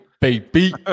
baby